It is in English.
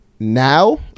Now